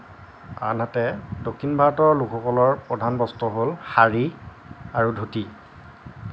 আনহাতে দক্ষিণ ভাৰতৰ লোকসকলৰ প্ৰধান বস্ত্ৰ হ'ল শাৰী আৰু ধূতি